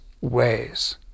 ways